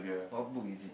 what book is